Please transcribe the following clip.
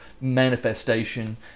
manifestation